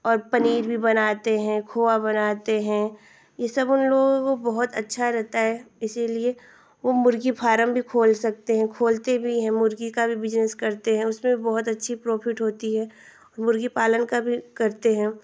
है और पनीर भी बनाते हैं खोआ भी बनाते हैं यह सब उनलोगों को बहुत अच्छा रहता है इसीलिए वह मुर्गी फारम भी खोल सकते हैं खोलते भी हैं मुर्गी का भी बिज़नेस करते हैं उसमें भी बहुत अच्छा प्रॉफ़िट होता है मुर्गी पालन का भी करते हैं